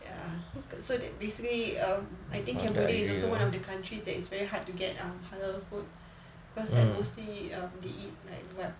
ya so they basically um I think cambodia is also one of the countries that it's very hard to get um halal food because mostly err they eat like